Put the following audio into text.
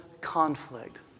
conflict